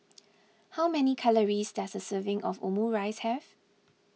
how many calories does a serving of Omurice have